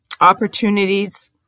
opportunities